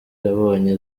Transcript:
yabonye